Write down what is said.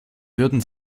würden